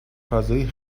فضای